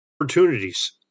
opportunities